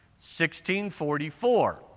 1644